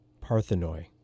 Parthenoi